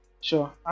Sure